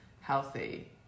healthy